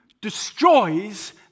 destroys